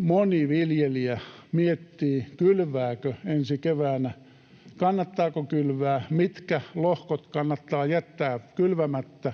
moni viljelijä miettii, kylvääkö ensi keväänä, kannattaako kylvää, mitkä lohkot kannattaa jättää kylvämättä,